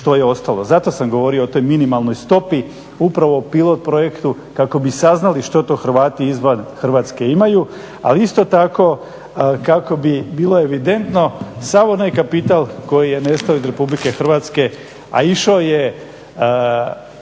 što je ostalo. Zato sam govorio o toj minimalnoj stopi, upravo o pilot projektu kako bi saznali što to Hrvati izvan Hrvatske imaju, ali isto tako kako bi bilo evidentno sav onaj kapital koji je nestao iz RH, a išao je